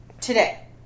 today